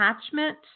attachment